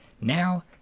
Now